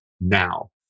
now